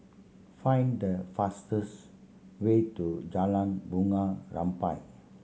find the fastest way to Jalan Bunga Rampai